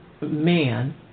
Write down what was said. man